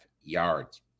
yards